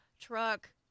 truck